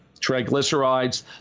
triglycerides